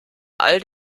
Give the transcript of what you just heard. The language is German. all